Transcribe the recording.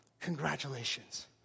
congratulations